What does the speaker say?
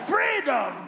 Freedom